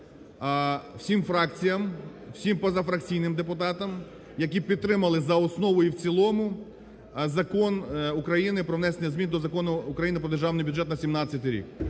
всім фракціям, всім позафракційним депутатам, які підтримали за основу і в цілому Закон України про внесення змін до Закону України про Державний бюджет на 17-й рік.